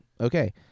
okay